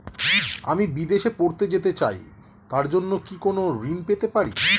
আমি বিদেশে পড়তে যেতে চাই তার জন্য কি কোন ঋণ পেতে পারি?